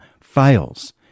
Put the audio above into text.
fails